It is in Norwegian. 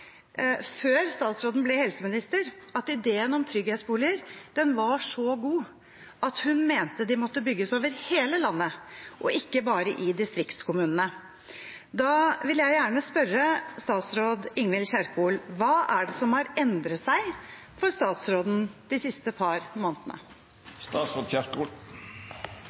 at ideen om trygghetsboliger var så god at hun mente de måtte bygges over hele landet, ikke bare i distriktskommunene. Da vil jeg gjerne spørre statsråd Ingvild Kjerkol: Hva er det som har endret seg for statsråden de siste par månedene?